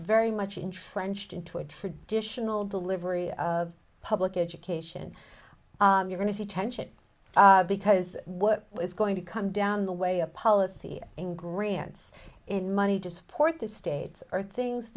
very much entrenched into a traditional delivery of public education you're going to see tension because what is going to come down the way a policy in grants in money to support the states are things